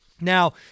Now